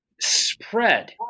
spread